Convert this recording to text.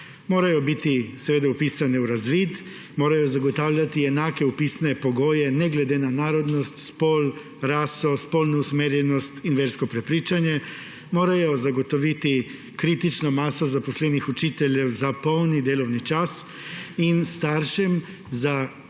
morajo biti seveda vpisane v razvid, morajo zagotavljati enake vpisne pogoje ne glede na narodnost, spol, raso, spolno usmerjenost in versko prepričanje, morajo zagotoviti kritično maso zaposlenih učiteljev za polni delovni čas in staršem za obvezni